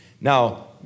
Now